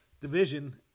division